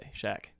shaq